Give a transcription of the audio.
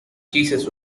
jesus